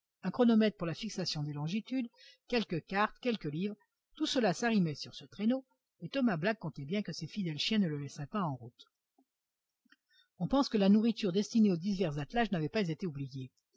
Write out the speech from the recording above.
un chronomètre pour la fixation des longitudes quelques cartes quelques livres tout cela s'arrimait sur ce traîneau et thomas black comptait bien que ses fidèles chiens ne le laisseraient pas en route on pense que la nourriture destinée aux divers attelages n'avait pas été oubliée